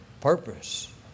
purpose